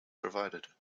provided